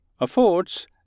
affords